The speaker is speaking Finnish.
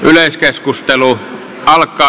arvoisa puhemies